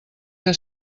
que